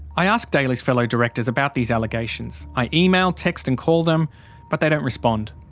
i ask daly's fellow directors about these allegations. i email, text and call them but they don't respond.